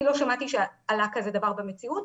אני לא שמעתי שעלה כזה דבר במציאות,